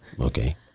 Okay